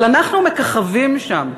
אבל אנחנו מככבים שם.